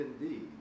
indeed